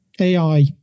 ai